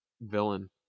villain